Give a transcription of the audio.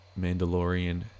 Mandalorian